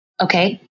Okay